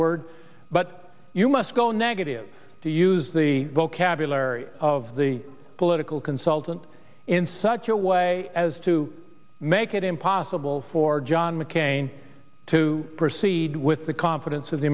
words but you must go negative to use the vocabulary of the political consultant in such a way as to make it impossible for john mccain to proceed with the confidence of the